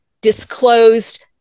disclosed